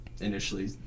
initially